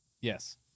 Yes